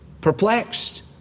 perplexed